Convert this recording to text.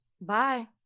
Bye